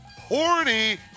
horny